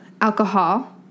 alcohol